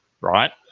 Right